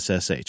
SSH